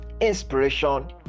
Inspiration